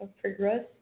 progress